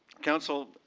council,